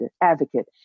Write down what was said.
advocate